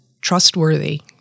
trustworthy